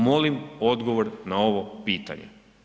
Molim odgovor na ovo pitanje.